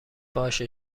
باشه